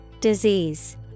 Disease